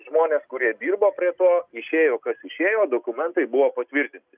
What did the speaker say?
žmonės kurie dirba prie to išėjo kas išėjo dokumentai buvo patvirtinti